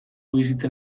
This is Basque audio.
bizitzan